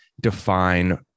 define